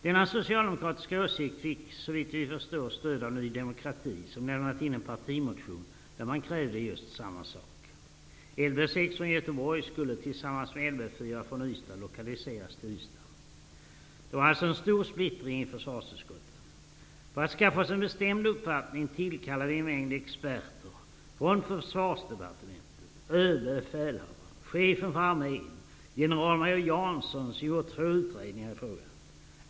Denna socialdemokratiska åsikt fick såvitt vi förstår stöd av Ny demokrati, som har väckt en partimotion, där man krävde samma sak. Lv 6 i Göteborg skulle tillsammans med Lv 4 i Ystad lokaliseras till Ystad. Det var alltså en stor splittring i försvarsutskottet. För att skaffa oss en bestämd uppfattning tillkallade vi en mängd experter från Försvarsdepartementet, Överbefälhavaren, Chefen för armén och generalmajor Jansson, som gjort två utredningar i frågan.